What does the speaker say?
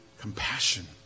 compassion